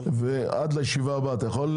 עד לישיבה הבאה אני רוצה